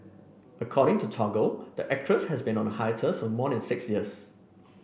according to Toggle the actress has been on a hiatus more than six years